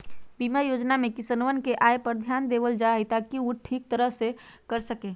बीमा योजना में किसनवन के आय पर ध्यान देवल जाहई ताकि ऊ खेती ठीक तरह से कर सके